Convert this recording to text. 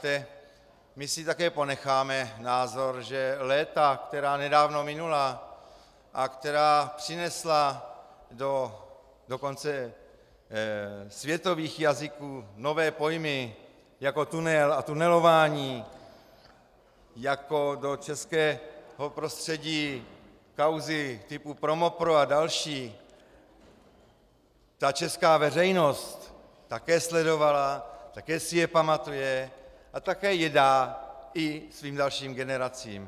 My si také ponecháme názor, že léta, která nedávno minula a která přinesla do dokonce světových jazyků nové pojmy jako tunel a tunelování, jako do českého prostředí kauzy typu ProMoPro a další, česká veřejnost také sledovala, také si je pamatuje a také je dá i svým dalším generacím.